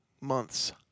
months